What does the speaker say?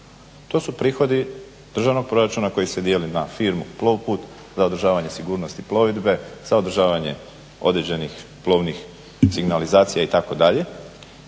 To su prihodi državnog proračuna koji se dijele na firmu … za održavanje sigurnosti plovidbe za održavanje određenih plovnih signalizacija itd.